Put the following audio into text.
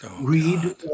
read